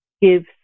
gives